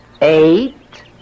eight